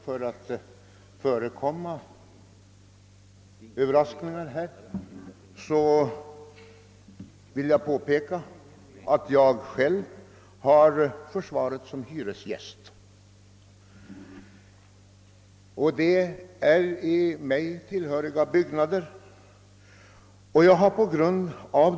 För att förekomma Överraskningar vill jag inledningsvis påpeka att jag själv har försvaret som hyresgäst i mig tillhöriga byggnader.